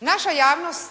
Naša javnost